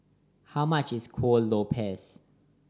how much is Kuih Lopes